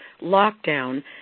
lockdown